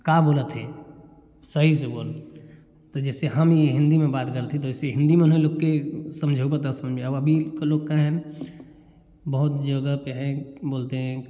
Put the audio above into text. का बोलत थे सही से बोल तो जैसे हम ई हिंदी में बात करते तो वैसी हिंदी में उन्हें लोग के समझउ बात समझ आब अबी के लोग कहेन बहुत जगह पर हैं बोलते हैं